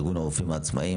ארגון הרופאים העצמאיים.